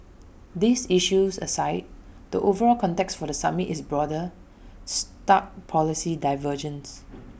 these issues aside the overall context for the summit is broader stark policy divergences